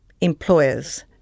employers